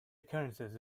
occurrences